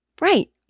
right